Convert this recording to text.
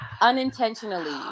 unintentionally